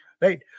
Right